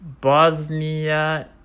Bosnia